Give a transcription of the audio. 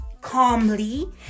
calmly